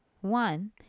one